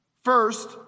first